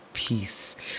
peace